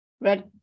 red